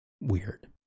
weird